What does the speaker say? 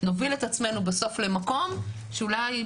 נוביל את עצמנו בסוף למקום שבו אולי,